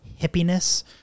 hippiness